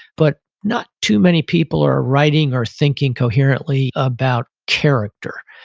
but not too many people are writing, or thinking coherently about character.